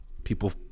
people